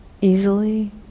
easily